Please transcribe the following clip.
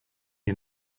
you